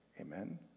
Amen